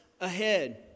ahead